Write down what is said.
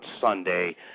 Sunday